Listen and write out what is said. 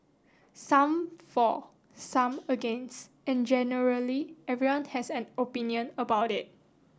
some for some against and generally everyone has an opinion about it